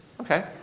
Okay